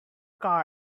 car